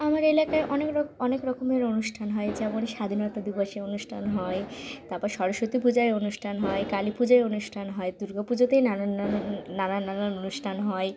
আমার এলাকায় অনেক রক অনেক রকমের অনুষ্ঠান হয় যেমন স্বাধীনতা দিবসে অনুষ্ঠান হয় তারপর সরস্বতী পূজায় অনুষ্ঠান হয় কালী পূজায় অনুষ্ঠান হয় দুর্গা পুজোতে নানান নানান নানান নানান অনুষ্ঠান হয়